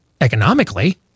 economically